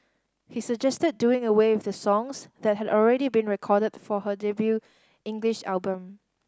he suggested doing away with the songs that had already been recorded for her debut English album